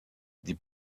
die